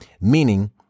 meaning